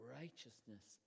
righteousness